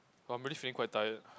!wah! I'm really feeling quite tired